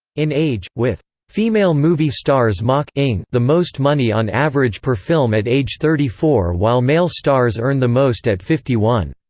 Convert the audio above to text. in age, with female movie stars mak ing the most money on average per film at age thirty four while male stars earn the most at fifty one.